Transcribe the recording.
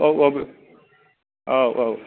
औ औ औ औ